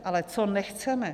Ale co nechceme?